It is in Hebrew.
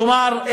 כלומר,